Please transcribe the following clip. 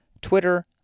Twitter